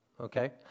Okay